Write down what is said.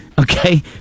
Okay